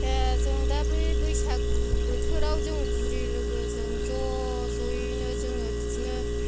ए जों दा बै बैसागु बोथोराव जों बुरि लोगोजों ज' ज'यैनो जोङो बिदिनो